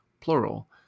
plural